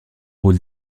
rôle